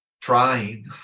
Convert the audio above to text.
trying